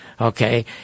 okay